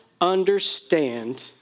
understand